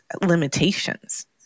limitations